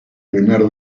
primer